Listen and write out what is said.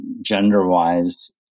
gender-wise